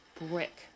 brick